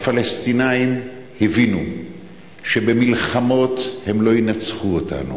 הפלסטינים הבינו שבמלחמות הם לא ינצחו אותנו,